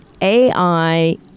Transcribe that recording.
AI